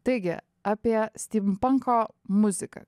taigi apie stimpanko muziką